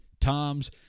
Toms